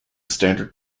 standard